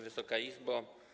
Wysoka Izbo!